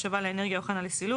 השבה לאנרגיה או הכנה לסילוק,